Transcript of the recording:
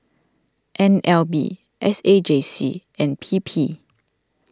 N L B S A J C and P P